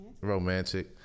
Romantic